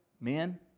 men